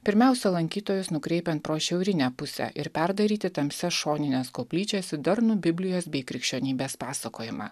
pirmiausia lankytojus nukreipiant pro šiaurinę pusę ir perdaryti tamsias šonines koplyčias į darnų biblijos bei krikščionybės pasakojimą